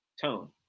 tone